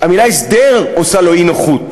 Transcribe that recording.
המילה "הסדר" עושה לו אי-נוחות.